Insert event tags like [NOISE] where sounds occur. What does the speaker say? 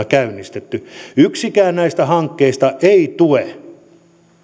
[UNINTELLIGIBLE] käynnistetty niin yksikään näistä hankkeista ei tue